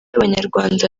abanyarwanda